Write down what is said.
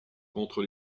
contre